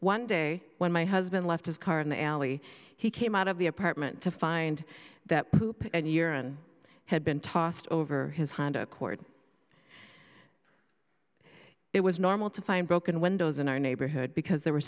one day when my husband left his car in the alley he came out of the apartment to find that poop and urine had been tossed over his honda accord it was normal to find broken windows in our neighborhood because there were